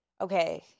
okay